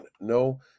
no